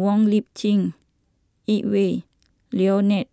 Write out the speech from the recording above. Wong Lip Chin Edwy Lyonet